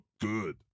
good